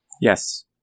Yes